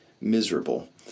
miserable